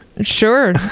sure